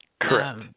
Correct